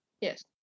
Yes